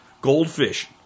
Goldfish